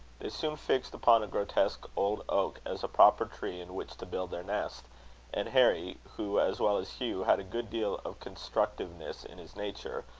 they soon fixed upon a grotesque old oak as a proper tree in which to build their nest and harry, who, as well as hugh, had a good deal of constructiveness in his nature,